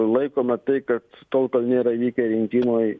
laikome tai kad tol kol nėra įvykę rinkimai